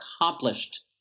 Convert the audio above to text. accomplished